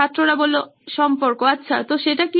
ছাত্ররা সম্পর্ক আচ্ছা তো সেটা কি